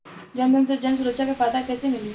जनधन से जन सुरक्षा के फायदा कैसे मिली?